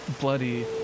bloody